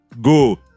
Go